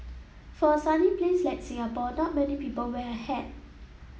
for a sunny place like Singapore not many people wear a hat